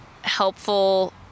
helpful